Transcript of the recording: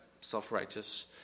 self-righteous